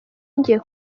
ngiye